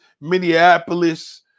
Minneapolis